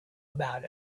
about